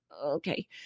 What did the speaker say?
Okay